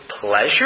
pleasure